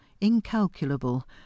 incalculable